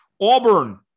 Auburn